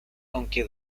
aunque